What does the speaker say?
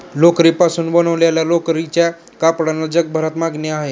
लोकरीपासून बनवलेल्या लोकरीच्या कपड्यांना जगभरात मागणी आहे